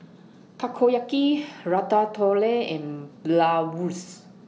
Takoyaki Ratatouille and Bratwurst